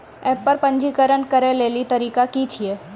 App पर पंजीकरण करै लेली तरीका की छियै?